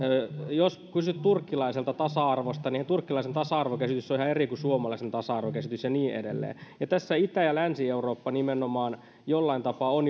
jos kysyt turkkilaiselta tasa arvosta niin turkkilaisen tasa arvokäsityshän on ihan eri kuin suomalaisen tasa arvokäsitys ja niin edelleen tässä nimenomaan itä ja länsi eurooppa jollain tapaa ovat